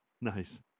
Nice